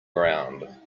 ground